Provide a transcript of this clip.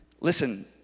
Listen